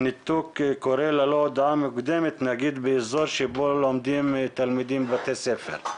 שניתוק קורה ללא הודעה מוקדמת נגיד באזור שבו לומדים תלמידים בבתי ספר.